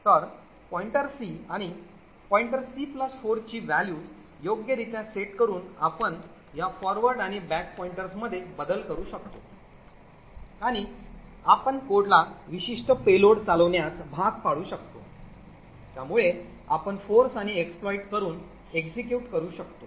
तर c आणि c4 ची व्हॅल्यूज योग्यरित्या सेट करून आपण या फॉरवर्ड आणि बॅक पॉइंटर्समध्ये बदल करू शकतो आणि आपण कोडला विशिष्ट payload चालवण्यास भाग पाडू शकतो त्यामुळे आपण force आणि exploit करून execute करू शकतो